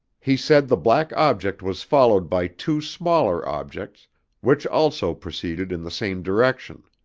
he said the black object was followed by two smaller objects which also proceeded in the same direction.